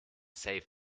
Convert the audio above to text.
save